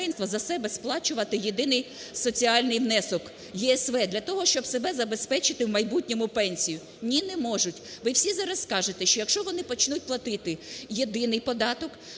за себе сплачувати єдиний соціальний внесок (ЄСВ) для того, щоб себе забезпечити в майбутньому пенсією? Ні, не можуть. Ви всі зараз скажете, що якщо вони почнуть платити єдиний податок,